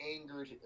angered